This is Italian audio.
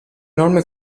norme